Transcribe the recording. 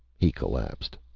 he collapsed.